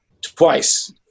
twice